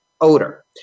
odor